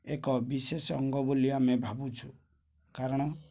ଏକ ବିଶେଷ ଅଙ୍ଗ ବୋଲି ଆମେ ଭାବୁଛୁ କାରଣ